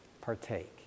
partake